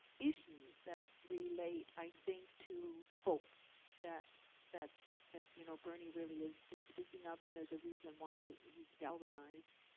issues that relate, i think, to folks that that that you know bernie really is is speaking of. and there's a reason why he's galvanized